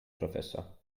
professor